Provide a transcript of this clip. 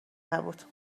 نبود